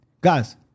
Guys